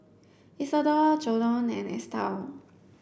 Isidor Jordon and Estell